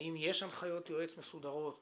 האם יש הנחיות יועץ מסודרות למשטרה,